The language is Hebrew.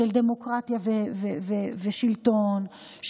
דמוקרטיה ושלטון,